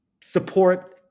support